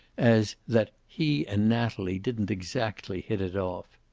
as that he and natalie didn't exactly hit it off.